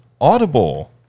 audible